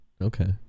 okay